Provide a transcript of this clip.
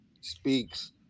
speaks